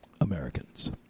Americans